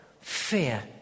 fear